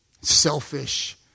selfish